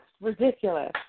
ridiculous